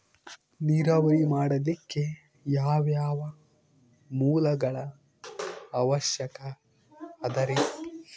ನೇರಾವರಿ ಮಾಡಲಿಕ್ಕೆ ಯಾವ್ಯಾವ ಮೂಲಗಳ ಅವಶ್ಯಕ ಅದರಿ?